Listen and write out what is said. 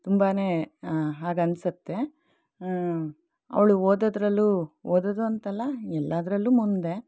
ತುಂಬನೇ ಹಾಗನ್ನಿಸುತ್ತೆ ಅವಳು ಓದೋದರಲ್ಲೂ ಓದೋದು ಅಂತಲ್ಲ ಎಲ್ಲದರಲ್ಲೂ ಮುಂದೆ